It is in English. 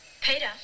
Peter